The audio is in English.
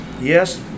yes